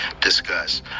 discuss